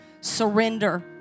Surrender